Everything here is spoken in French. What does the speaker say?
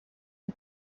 aux